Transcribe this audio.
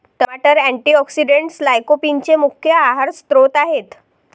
टमाटर अँटीऑक्सिडेंट्स लाइकोपीनचे मुख्य आहार स्त्रोत आहेत